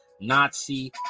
Nazi